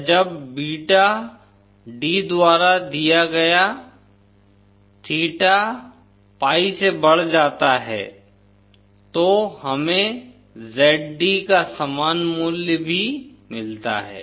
या जब beta d द्वारा दिया गया थीटा pi से बढ़ जाता है तो हमें Zd का समान मूल्य भी मिलता है